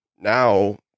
now